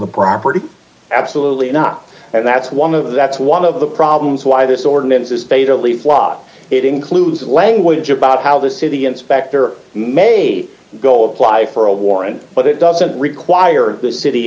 the property absolutely not and that's one of that's one of the problems why this ordinance is fatally flawed it includes language about how the city inspector may go apply for a warrant but it doesn't require the city